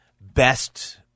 best